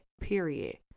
period